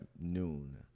noon